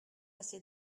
assez